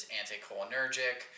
anticholinergic